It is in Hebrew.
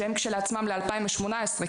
שהם כשלעצמם ל-2018,